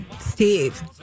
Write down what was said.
Steve